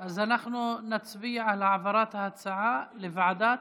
אנחנו נצביע על העברת ההצעה לוועדת,